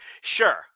sure